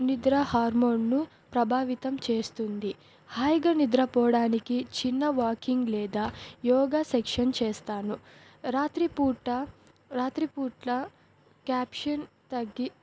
నిద్ర హార్మోన్ను ప్రభావితం చేస్తుంది హాయిగా నిద్రపోవడానికి చిన్న వాకింగ్ లేదా యోగా సెక్షన్ చేస్తాను రాత్రిపూట రాత్రిపూట్ల క్యాప్షన్ తగ్గి